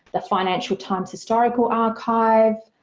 the financial times historical archive,